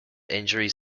injuries